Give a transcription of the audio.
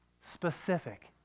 specific